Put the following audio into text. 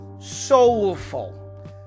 soulful